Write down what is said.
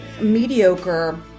mediocre